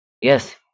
Yes